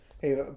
Hey